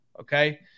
Okay